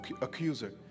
accuser